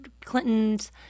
Clinton's